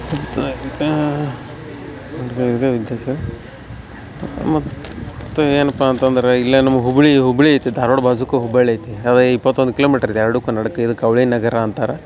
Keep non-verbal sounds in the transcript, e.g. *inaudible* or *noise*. *unintelligible* ಮತ್ತು ಏನಪ್ಪ ಅಂತಂದ್ರೆ ಇಲ್ಲಿ ನಮಗೆ ಹುಬ್ಬಳ್ಳಿ ಹುಬ್ಬಳ್ಳಿ ಐತೆ ಧಾರ್ವಾಡ ಬಾಜೂಕ ಹುಬ್ಬಳ್ಳಿ ಐತಿ ಅದು ಇಪ್ಪತ್ತೊಂದು ಕಿಲೋಮೀಟ್ರ್ ಇದೆ ಎರಡಕ್ಕೂ ನಡಕ್ಕ ಇದಕ್ಕೆ ಅವಳಿ ನಗರ ಅಂತಾರೆ